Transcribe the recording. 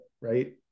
right